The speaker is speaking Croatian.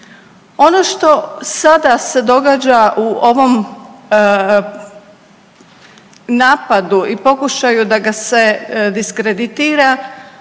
Ono što sada se događa u ovom napadu i pokušaju da ga se diskreditira